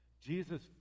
Jesus